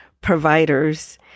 providers